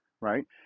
right